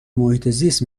محیطزیست